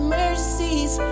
mercies